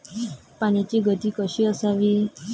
पाण्याची गती कशी असावी?